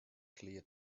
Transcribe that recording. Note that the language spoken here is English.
clear